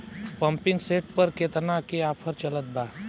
Pumping set पर केतना के ऑफर चलत बा?